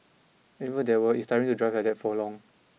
even if there were it is tiring to drive like that for long